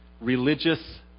religious